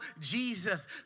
Jesus